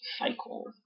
cycle